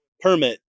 permit